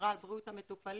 שמירה על בריאות המטופלים,